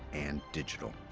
and digital,